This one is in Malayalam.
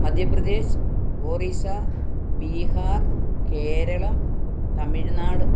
മധ്യപ്രദേശ് ഒറീസ ബീഹാർ കേരളം തമിഴ്നാട്